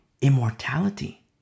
immortality